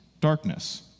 darkness